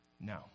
No